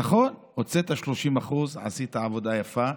נכון, הוצאת 30%, עשית עבודה יפה,